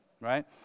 right